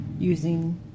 using